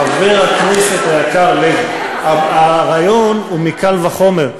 חבר הכנסת היקר לוי, הרעיון הוא מקל וחומר.